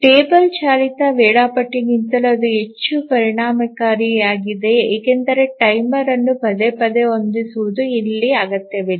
table ಚಾಲಿತ ವೇಳಾಪಟ್ಟಿಗಿಂತಲೂ ಇದು ಹೆಚ್ಚು ಪರಿಣಾಮಕಾರಿಯಾಗಿದೆ ಏಕೆಂದರೆ ಟೈಮರ್ ಅನ್ನು ಪದೇ ಪದೇ ಹೊಂದಿಸುವುದು ಇಲ್ಲಿ ಅಗತ್ಯವಿಲ್ಲ